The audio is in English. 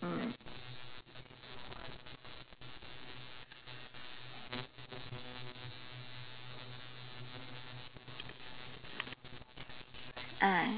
mm ah